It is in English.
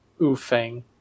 oofing